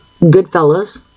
Goodfellas